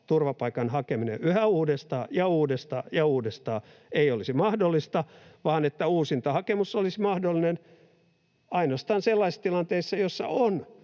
turvapaikan hakeminen yhä uudestaan ja uudestaan ja uudestaan ei olisi mahdollista, vaan että uusintahakemus olisi mahdollinen ainoastaan sellaisessa tilanteessa, jossa on